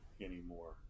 anymore